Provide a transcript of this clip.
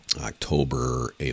October